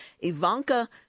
Ivanka